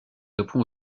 répond